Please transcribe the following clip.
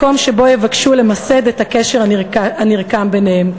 מקום שבו יבקשו למסד את הקשר הנרקם ביניהם.